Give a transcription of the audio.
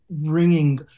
ringing